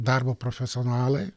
darbo profesionalai